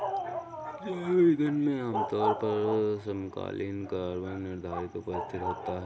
जैव ईंधन में आमतौर पर समकालीन कार्बन निर्धारण उपस्थित होता है